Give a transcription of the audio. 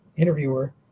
interviewer